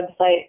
website